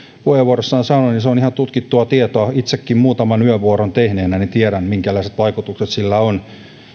puheenvuorossaan sanoi se on ihan tutkittua tietoa itsekin muutaman yövuoron tehneenä tiedän minkälaiset vaikutukset sillä on